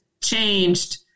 changed